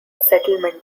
settlement